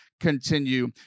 continue